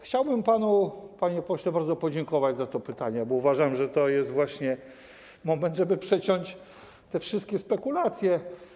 Chciałbym panu, panie pośle, bardzo podziękować za to pytanie, bo uważam, że to jest właśnie moment, żeby przeciąć te wszystkie spekulacje.